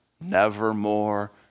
nevermore